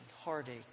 heartache